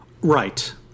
Right